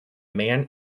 man